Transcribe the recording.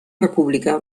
república